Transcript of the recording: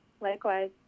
Likewise